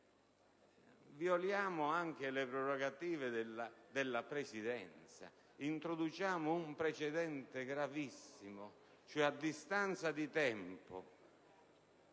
violiamo anche le prerogative della Presidenza, introduciamo un precedente gravissimo: a distanza di tempo